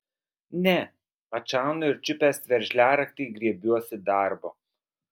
ne atšaunu ir čiupęs veržliaraktį griebiuosi darbo